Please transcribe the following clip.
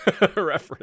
reference